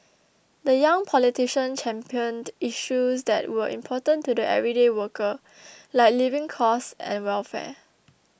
the young politician championed issues that were important to the everyday worker like living costs and welfare